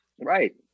Right